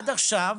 עד עכשיו,